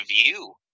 view